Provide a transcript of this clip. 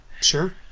Sure